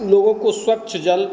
लोगों को स्वच्छ जल